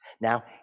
Now